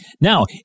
Now